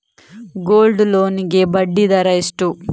Gold loan ಗೆ ಬಡ್ಡಿ ದರ ಎಷ್ಟು?